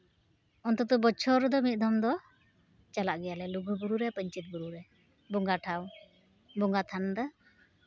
ᱚᱱᱛᱚᱛᱚ ᱵᱚᱪᱷᱚᱨ ᱨᱮᱫᱚ ᱢᱤᱫ ᱫᱚᱢ ᱫᱚ ᱪᱟᱞᱟᱜ ᱜᱮᱭᱟᱞᱮ ᱞᱩᱜᱩᱼᱵᱩᱨᱩ ᱨᱮ ᱯᱟᱧᱪᱮᱛ ᱵᱩᱨᱩ ᱨᱮ ᱵᱚᱸᱜᱟ ᱴᱷᱟᱶ ᱵᱚᱸᱜᱟ ᱛᱷᱟᱱ ᱫᱚ